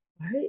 Right